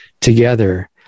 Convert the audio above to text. together